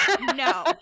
No